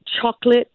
chocolate